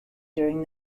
during